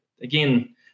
again